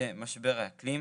במשבר האקלים,